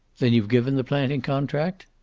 then you've given the planting contract?